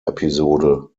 episode